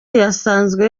yasanzwe